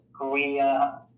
Korea